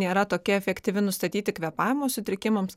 i nėra tokia efektyvi nustatyti kvėpavimo sutrikimams